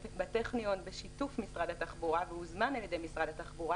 בטכניון בשיתוף משרד התחבורה והוזמן על ידי משרד התחבורה